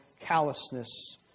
callousness